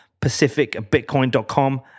pacificbitcoin.com